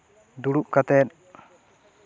ᱫᱩᱲᱩᱵ ᱠᱟᱛᱮ